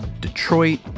Detroit